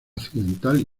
occidental